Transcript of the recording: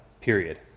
period